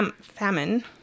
famine